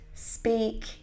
speak